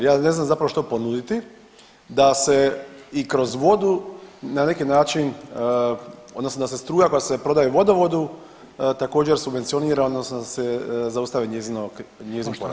Ja ne znam zapravo što ponuditi da se i kroz vodu na neki način odnosno da se struja koja se prodaje vodovodu također subvencionira odnosno da se zaustavi njezin porast?